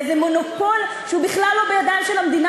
לאיזה מונופול שהוא בכלל לא בידיים של המדינה,